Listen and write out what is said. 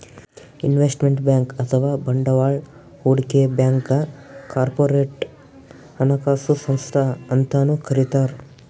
investment bank ಅಥವಾ ಬಂಡವಾಳ್ ಹೂಡಿಕೆ ಬ್ಯಾಂಕ್ಗ್ ಕಾರ್ಪೊರೇಟ್ ಹಣಕಾಸು ಸಂಸ್ಥಾ ಅಂತನೂ ಕರಿತಾರ್